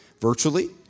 virtually